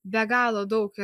be galo daug